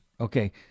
Okay